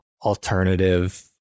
alternative